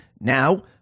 Now